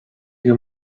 you